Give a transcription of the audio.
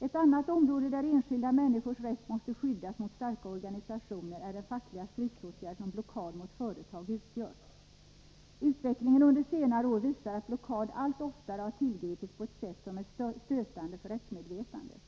Ett annat område där enskilda människors rätt måste skyddas mot starka organisationer är den fackliga stridsåtgärd som blockad mot företag utgör. Utvecklingen under senare år visar att blockad allt oftare har tillgripits på ett sätt som är stötande för rättsmedvetandet.